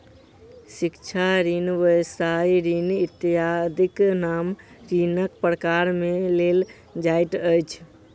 शिक्षा ऋण, व्यवसाय ऋण इत्यादिक नाम ऋणक प्रकार मे लेल जाइत अछि